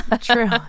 True